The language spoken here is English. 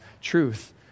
truth